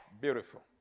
Beautiful